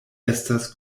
estas